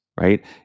right